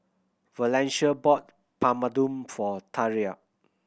Valencia bought Papadum for Thyra